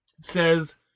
says